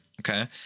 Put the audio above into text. okay